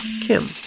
kim